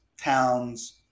towns